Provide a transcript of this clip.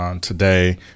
today